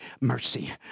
mercy